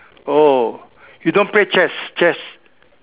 oh you don't play chess chess